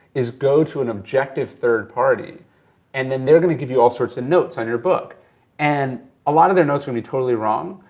is go to an objective third party and then they're gonna give you all sorts of notes on your book and a lot of their notes are gonna be totally wrong,